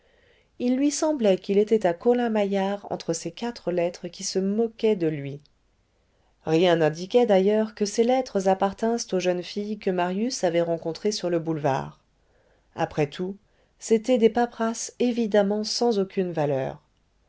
il lui semblait qu'il était à colin-maillard entre ces quatre lettres qui se moquaient de lui rien n'indiquait d'ailleurs que ces lettres appartinssent aux jeunes filles que marius avait rencontrées sur le boulevard après tout c'étaient des paperasses évidemment sans aucune valeur